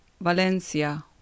Valencia